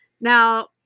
Now